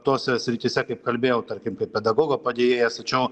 tose srityse kaip kalbėjau tarkim kaip pedagogo padėjėjas tačiau